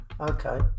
Okay